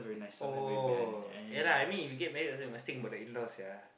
oh ya lah I mean you get married also must think of the in laws sia